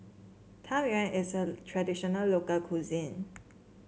Tang Yuen is a traditional local cuisine